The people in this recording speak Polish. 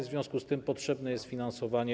W związku z tym potrzebne jest finansowanie.